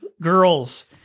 girls